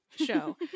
show